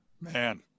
man